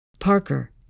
Parker